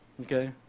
Okay